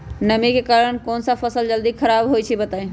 नमी के कारन कौन स फसल जल्दी खराब होई छई बताई?